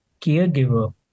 caregiver